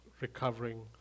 recovering